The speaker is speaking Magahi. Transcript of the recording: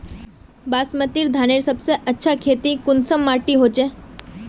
बासमती धानेर सबसे अच्छा खेती कुंसम माटी होचए?